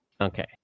Okay